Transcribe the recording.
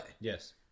Yes